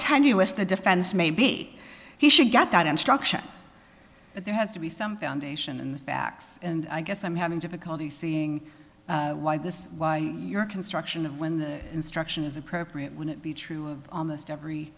tenuous the defense may be he should get that instruction but there has to be some foundation in the facts and i guess i'm having difficulty seeing why this is why your construction of when the instruction is appropriate wouldn't be true almost every